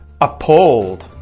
Appalled